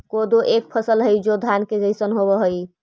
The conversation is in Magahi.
कोदो एक फसल हई जो धान के जैसन होव हई